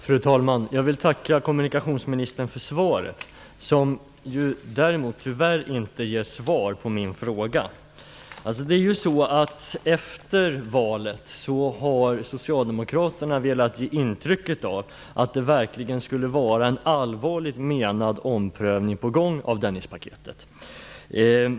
Fru talman! Jag vill tacka kommunikationsministern för svaret. Tyvärr gav det inget svar på min fråga. Efter valet har Socialdemokraterna velat ge intryck av att det verkligen skulle vara en allvarligt menad omprövning på gång av Dennispaketet.